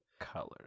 colors